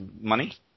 money